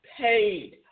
paid